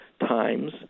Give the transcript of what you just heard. times